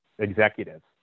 Executives